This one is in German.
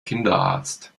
kinderarzt